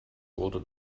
wurde